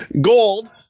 Gold